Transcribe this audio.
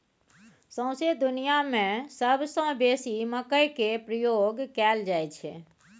सौंसे दुनियाँ मे सबसँ बेसी मकइ केर प्रयोग कयल जाइ छै